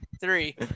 three